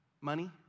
Money